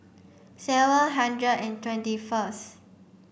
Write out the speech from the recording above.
seven hundred and twenty first